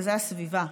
וזה הסביבה,